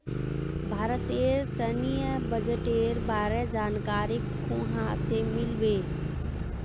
भारतेर सैन्य बजटेर बारे जानकारी कुहाँ से मिल बे